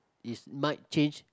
is might change